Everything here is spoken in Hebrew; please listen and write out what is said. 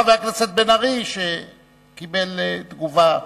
חבר הכנסת בן-ארי, שקיבל תגובה.